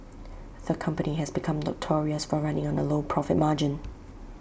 the company has become notorious for running on A low profit margin